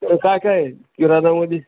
तर काय काय आहे किराणामध्ये